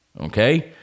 okay